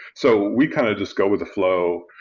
so we kind of just go with the flow.